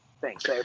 Thanks